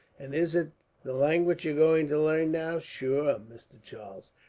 and is it the language you're going to larn now? shure, mr. charles,